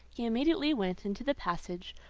he immediately went into the passage,